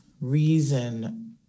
reason